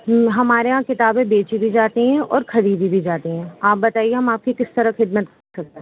ہمارے یہاں کتابیں بیچی بھی جاتی ہیں اور خریدی بھی جاتی ہیں آپ بتائیے ہم آپ کی کس طرح خدمت کر سکتے